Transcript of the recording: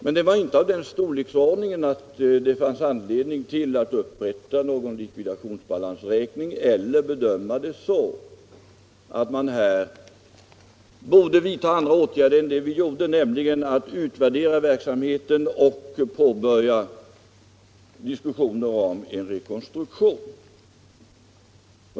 Men den var inte av sådan storleksordning att det fanns anledning att upprätta någon likvidationsbalansräkning eller vidta andra åtgärder än vi gjorde, nämligen att utvärdera verksamheten och påbörja diskussioner om en rekonstruktion.